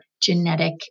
genetic